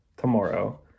tomorrow